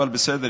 אבל בסדר,